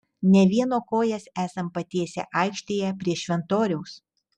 ne vieno kojas esam patiesę aikštėje prie šventoriaus